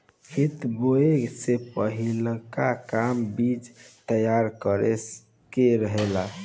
खेत बोए से पहिलका काम बीज तैयार करे के रहेला